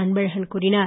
அன்பழகன் கூறினார்